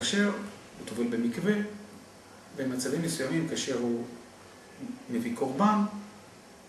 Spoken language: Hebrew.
כאשר הוא טובל במקווה, במצבים מסוימים כאשר הוא מביא קורבן